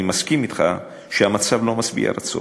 אני מסכים אתך שהמצב אינו משביע רצון.